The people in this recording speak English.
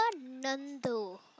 Nando